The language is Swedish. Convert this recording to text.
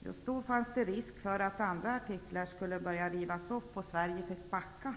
Men det fanns då risk för att andra artiklar skulle börja rivas upp, och Sverige fick därför